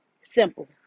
simple